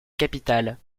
capitale